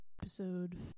episode